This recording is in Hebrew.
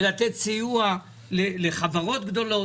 בלתת סיוע לחברות גדולות.